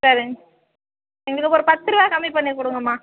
சரிங்க எங்களுக்கு ஒரு பத்துரூவா கம்மி பண்ணி கொடுங்கம்மா